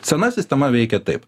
sena sistema veikė taip